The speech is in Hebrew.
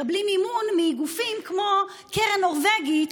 מקבלים מימון מגופים כמו קרן נורבגית,